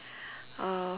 uh